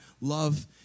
love